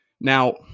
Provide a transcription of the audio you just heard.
Now